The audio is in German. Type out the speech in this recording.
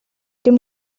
dem